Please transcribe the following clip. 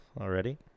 already